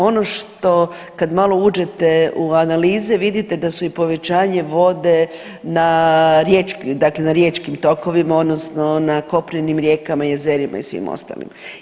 Ono što, kad malo uđete u analize, vidite da su i povećanje vode na riječkim, dakle na riječkim tokovima, odnosno na kopnenim rijekama i jezerima i svim ostalim.